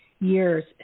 years